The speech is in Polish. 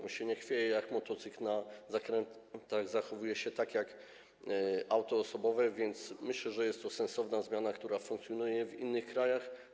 On się nie chwieje jak motocykl na zakrętach, zachowuje się tak jak auto osobowe, więc myślę, że jest to sensowna zmiana, która funkcjonuje w innych krajach.